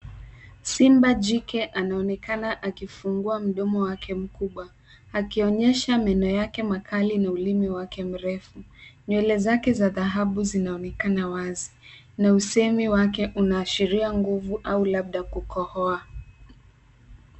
Simba jike anaonekana akifungua mdomo wake mkubwa, akionyesha meno yake makali na ulimi wake mrefu. Nywele zake za dhahabu zinaonekana wazi na usemi wake unaashiria nguvu au labda kukohoa.